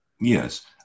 yes